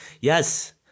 yes